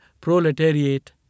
proletariat